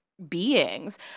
Beings